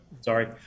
Sorry